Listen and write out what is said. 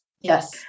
Yes